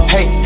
Hey